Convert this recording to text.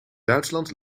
duitsland